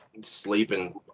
sleeping